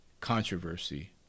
controversy